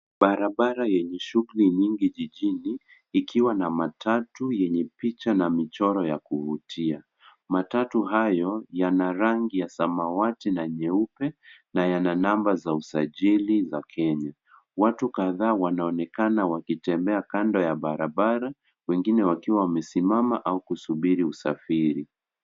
Barabara yenye shughuli nyingi jijini, ikiwa na matatu yenye picha na michoro ya kuvutia. Matatu hayo yana rangi ya samawati na nyeupe, na yana namba za usajili ya Kenya. Watu kadhaa wanaonekana wakitembea kando ya barabara, wengine wakiwa wamesimama au kusubiri usafiri.